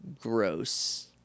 Gross